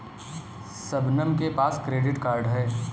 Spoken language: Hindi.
शबनम के पास क्रेडिट कार्ड है